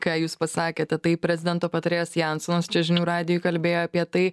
ką jūs pasakėte tai prezidento patarėjas jansonas čia žinių radijui kalbėjo apie tai